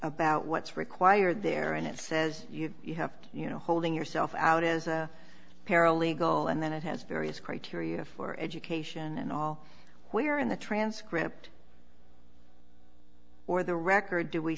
about what's required there and it says you have you know holding yourself out as a paralegal and then it has various criteria for education and all where in the transcript or the record do we